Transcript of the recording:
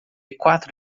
quatro